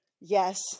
Yes